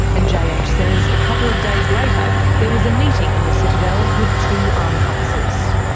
and jh ah ah jh says a couple of days later there was a meeting in the citadel with two army officers.